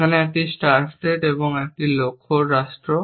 যেখানে এটি একটি স্টার্ট স্টেট এবং এটি একটি লক্ষ্য রাষ্ট্র